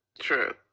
true